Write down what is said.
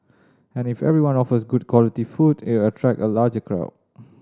and if everyone offers good quality food it'll attract a larger crowd